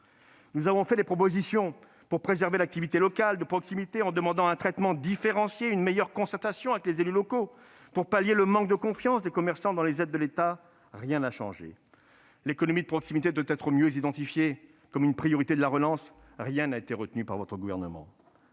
Nous avons fait des propositions visant à préserver l'activité locale de proximité, en demandant un traitement différencié et une meilleure concertation avec les élus locaux pour pallier le manque de confiance des commerçants dans les aides de l'État ; rien n'a changé ! L'économie de proximité doit être mieux identifiée comme une priorité de la relance ; rien n'a été retenu par votre gouvernement.